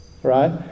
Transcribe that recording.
Right